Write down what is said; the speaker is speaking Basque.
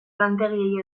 lantegiei